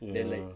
ya